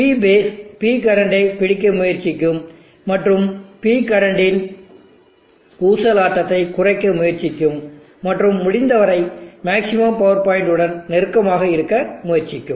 எனவே P phase P கரண்டை பிடிக்க முயற்சிக்கும் மற்றும் P கரண்ட் இன் ஊசலாட்டத்தைக் குறைக்க முயற்சிக்கும் மற்றும் முடிந்தவரை மேக்ஸிமம் பவர்பாயிண்ட் உடன் நெருக்கமாக இருக்க முயற்சிக்கும்